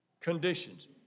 conditions